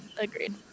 agreed